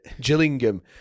Gillingham